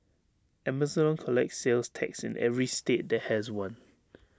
Amazon collects sales tax in every state that has one